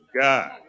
God